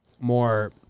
more